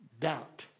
doubt